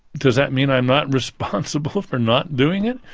does that mean i'm not responsible for not doing it?